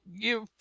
give